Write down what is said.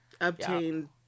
Obtain